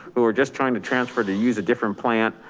who are just trying to transfer to use a different plant,